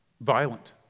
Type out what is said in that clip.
violent